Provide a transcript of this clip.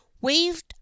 waved